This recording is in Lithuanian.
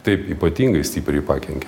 taip ypatingai stipriai pakenkė